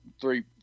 three